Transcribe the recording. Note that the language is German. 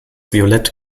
violett